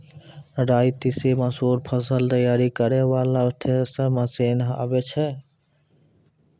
राई तीसी मसूर फसल तैयारी करै वाला थेसर मसीन आबै छै?